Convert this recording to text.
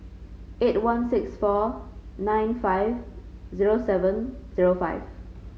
eight one six four nine five zero seven zero five